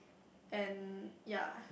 and ya